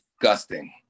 disgusting